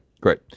great